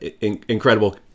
incredible